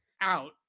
out